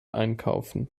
einkaufen